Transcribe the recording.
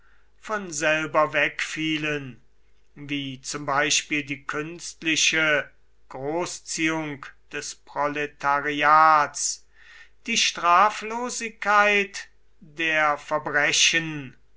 von selber wegfielen wie zum beispiel die künstliche großziehung des proletariats die straflosigkeit der verbrechen